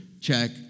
Check